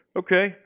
okay